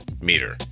meter